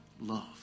love